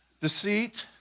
Deceit